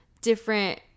different